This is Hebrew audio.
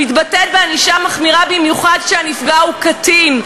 המתבטאת בענישה מחמירה במיוחד כשהנפגע הוא קטין,